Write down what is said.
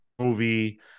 movie